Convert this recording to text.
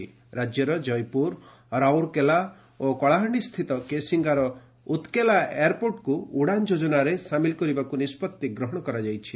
ରାକ୍ୟର ଜୟପୁର ରାଉରକେଲା ଓ କଳାହାଶ୍ଡିସ୍ଥିତ କେସିଙ୍ଗାର ଉକେଲା ଏୟାରପୋର୍ଟକୁ ଉଡ଼ାନ୍ ଯୋଜନାରେ ସାମିଲ୍ କରିବାକୁ ନିଷ୍ବଉି ନିଆଯାଇଛି